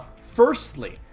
firstly